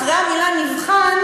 אחרי המילה "נבחן",